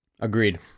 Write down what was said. Agreed